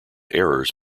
errors